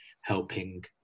helping